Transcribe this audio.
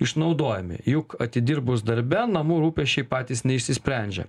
išnaudojami juk atidirbus darbe namų rūpesčiai patys neišsisprendžia